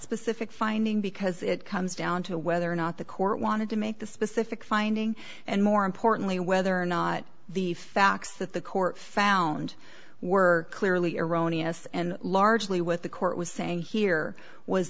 specific finding because it comes down to whether or not the court wanted to make the specific finding and more importantly whether or not the facts that the court found were clearly erroneous and largely what the court was saying here was